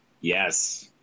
Yes